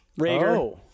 Rager